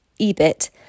EBIT